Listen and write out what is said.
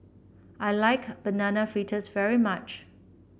I like Banana Fritters very much